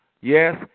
yes